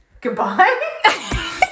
goodbye